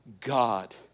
God